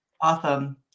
Awesome